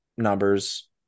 Numbers